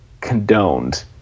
condoned